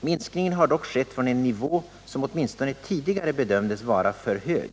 Minskningen har dock skett från en nivå som åtminstone tidigare bedömdes vara för hög.